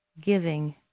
giving